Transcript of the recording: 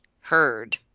heard